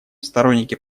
сторонники